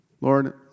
Lord